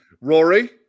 Rory